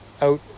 out